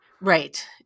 Right